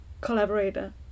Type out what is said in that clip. collaborator